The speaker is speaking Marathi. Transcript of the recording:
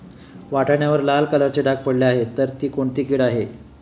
वाटाण्यावर लाल कलरचे डाग पडले आहे तर ती कोणती कीड आहे?